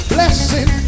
Blessing